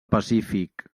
pacífic